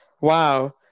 Wow